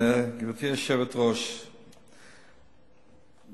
גברתי היושבת-ראש,